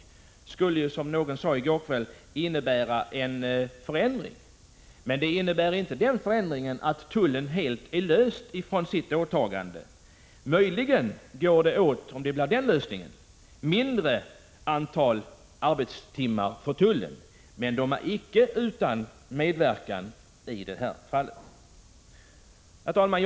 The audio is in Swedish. Detta skulle, som någon sade i går kväll, kunna innebära en förändring, men det innebär inte en sådan förändring att tullen blir helt löst från sitt åtagande. Om man väljer den lösningen kommer det möjligen att bli fråga om ett färre antal arbetstimmar för tullpersonalen, men man kan icke räkna med att man inte behöver tullens medverkan. Herr talman!